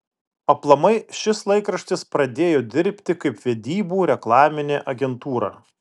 aplamai šis laikraštis pradėjo dirbti kaip vedybų reklaminė agentūra